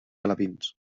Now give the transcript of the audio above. alevins